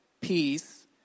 peace